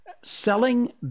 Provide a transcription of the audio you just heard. Selling